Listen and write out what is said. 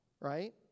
right